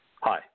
Hi